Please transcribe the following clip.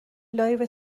لایو